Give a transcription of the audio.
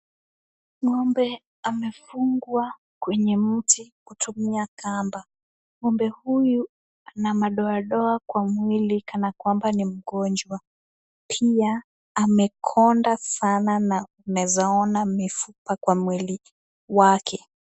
Ng'ombe amefungwa kwenye mti kutumia kamba. Ng'ombe huyu ana madoadoa kwa mwili kana kwamba ni mgonjwa. Pia amekonda sana na unaweza ona mifupa kwa mwili wake.